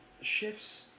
shifts